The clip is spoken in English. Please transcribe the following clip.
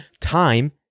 Time